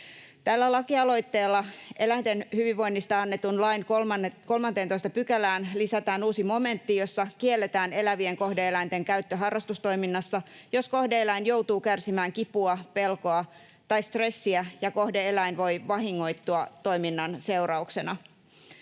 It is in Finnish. Tällä lakialoitteella eläinten hyvinvoinnista annetun lain 13 §:ään lisätään uusi momentti, jossa kielletään elävien kohde-eläinten käyttö harrastustoiminnassa, jos kohde-eläin joutuu kärsimään kipua, pelkoa tai stressiä ja kohde-eläin voi vahingoittua toiminnan seurauksena.